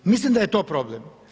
Mislim da je to problem.